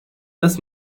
das